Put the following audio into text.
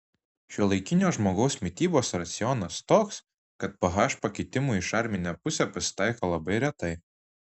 šiuolaikinio žmogaus mitybos racionas toks kad ph pakitimų į šarminę pusę pasitaiko labai retai